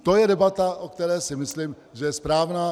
To je debata, o které si myslím, že je správná.